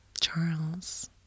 Charles